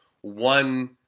one